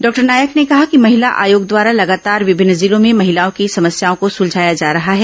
doctor Nayak ने कहा कि महिला आयोग द्वारा लगातार विभिन्न जिलों में महिलाओं की समस्याओं को सुलझाया जा रहा है